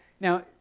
now